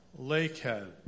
Lakehead